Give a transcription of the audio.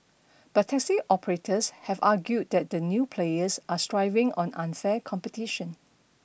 but taxi operators have argued that the new players are thriving on unfair competition